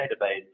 database